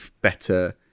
better